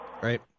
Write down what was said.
Right